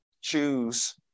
Choose